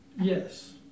Yes